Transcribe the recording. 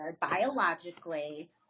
biologically